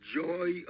joy